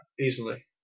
Easily